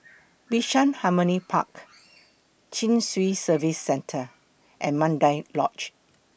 Bishan Harmony Park Chin Swee Service Centre and Mandai Lodge